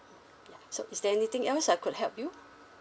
so is there anything else I could help you